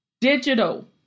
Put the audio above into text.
digital